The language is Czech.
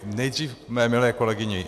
Nejdřív k mé milé kolegyni.